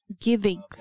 giving